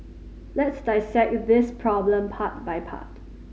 let's dissect this problem part by part